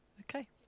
Okay